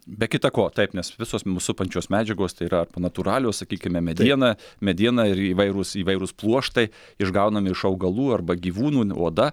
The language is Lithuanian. be kita ko taip nes visos mus supančios medžiagos tai yra natūralios sakykime mediena mediena ir įvairūs įvairūs pluoštai išgaunami iš augalų arba gyvūnų oda